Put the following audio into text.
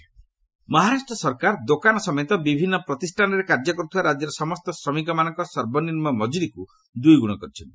ମହା doubles wages Maharashtra ସରକାର ଦୋକାନ ସମେତ ବିଭିନ୍ନ ପ୍ରତିଷ୍ଠାନରେ କାର୍ଯ୍ୟ କରୁଥିବା ରାଜ୍ୟର ସମସ୍ତ ଶ୍ରମିକମାନଙ୍କର ସର୍ବନିମ୍ନ ମକୁରିକୁ ଦୁଇଗୁଣ କରିଛନ୍ତି